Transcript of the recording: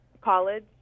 college